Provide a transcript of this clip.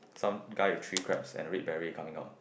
some guy with three crabs and red beret coming out